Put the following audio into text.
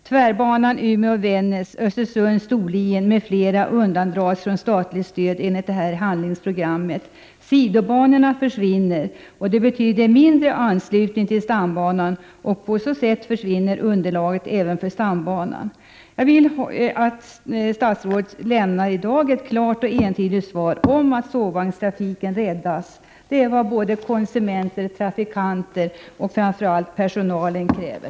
Tvärbanorna Umeå-Vännäs och Östersund-Storlien m.fl. undandras från statligt stöd enligt det här handlingsprogrammet. Sidobanor försvinner, och det betyder mindre anslutning till stambanan. På så sätt försvinner underlag även för stambanan. Jag vill att statsrådet i dag skall lämna ett klart och entydigt besked om att sovvagnstrafiken skall räddas. Det är vad konsumenter, trafikanter och framför allt personalen kräver.